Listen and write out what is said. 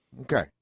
okay